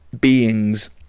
beings